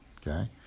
okay